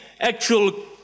actual